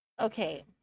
Okay